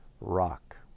rock